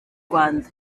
rwanda